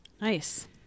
nice